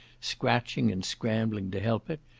scratching and scrambling to help it,